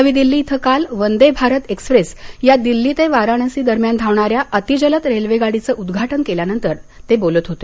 नवी दिल्ली इथं काल वंदे भारत एक्स्प्रेस या दिल्ली ते वाराणसी दरम्यान धावणाऱ्या अतिजलद रेल्वे गाडीचं उद्घाटन केल्यानंतर ते बोलत होते